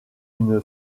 une